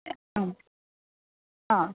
ആ ആ